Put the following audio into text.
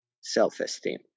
self-esteem